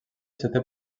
setè